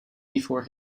before